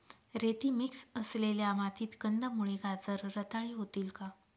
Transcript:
रेती मिक्स असलेल्या मातीत कंदमुळे, गाजर रताळी होतील का?